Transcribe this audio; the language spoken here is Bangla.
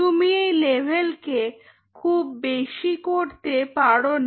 তুমি এই লেভেলকে খুব বেশি করতে পারো না